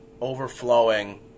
overflowing